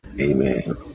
amen